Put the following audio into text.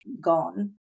gone